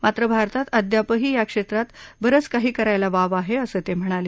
मात्र भारतात अद्यापही या क्षेत्रात बरंच काही करायला वाव आहे असं ते म्हणाले